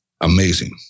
amazing